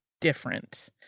different